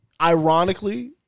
Ironically